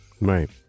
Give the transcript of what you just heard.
right